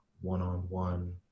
one-on-one